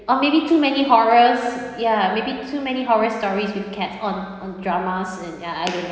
or maybe too many horrors ya maybe too many horror stories with cats on on dramas and ya I don't know